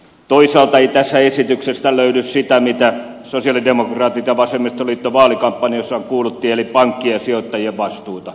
toisaalta ei tästä esityksestä löydy sitä mitä sosialidemokraatit ja vasemmistoliitto vaalikampanjassaan kuuluttivat eli pankkien ja sijoittajien vastuuta